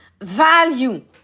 value